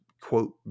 quote